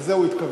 לזה הוא התכוון,